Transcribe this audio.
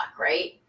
right